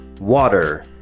Water